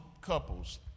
couples